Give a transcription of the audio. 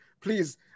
please